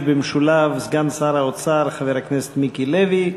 במשולב סגן שר האוצר חבר הכנסת מיקי לוי.